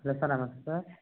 hello sir namaste sir